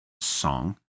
song